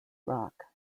rock